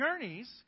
journeys